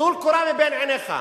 טול קורה מבין עיניך.